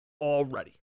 Already